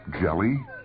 Jelly